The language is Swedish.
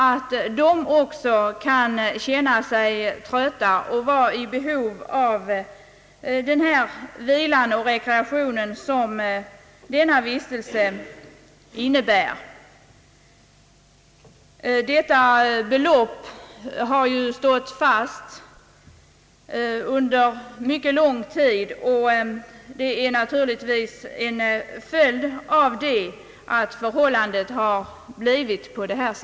Även de kan känna sig trötta och behöva den vila och rekreation som vistelsen på ett semesterhem innebär. Jag fastslår emellertid att inkomstbeloppet har varit oförändrat under mycket lång tid, och de nuvarande förhållandena är naturligtvis en följd härav.